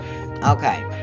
Okay